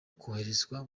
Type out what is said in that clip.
koherezwa